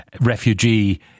refugee